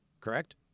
correct